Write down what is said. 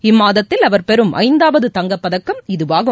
இம்மாதத்தில் அவர் பெறும் ஐந்தாவது தங்கப்பதக்கம் இதுவாகும்